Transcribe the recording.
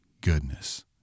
goodness